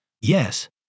Yes